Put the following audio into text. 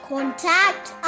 Contact